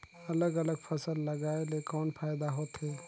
अलग अलग फसल लगाय ले कौन फायदा होथे?